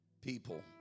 People